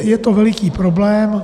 Je to veliký problém.